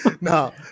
no